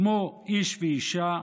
כמו איש ואישה,